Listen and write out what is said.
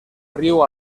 riu